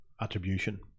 Attribution